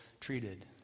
treated